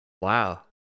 Wow